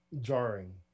Jarring